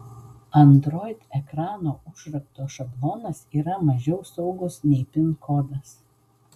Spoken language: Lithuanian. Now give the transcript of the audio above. android ekrano užrakto šablonas yra mažiau saugus nei pin kodas